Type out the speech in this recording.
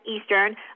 Eastern